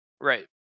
Right